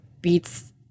beats